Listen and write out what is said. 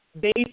based